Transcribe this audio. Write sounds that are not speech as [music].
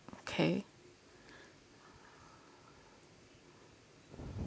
okay [breath]